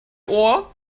ohr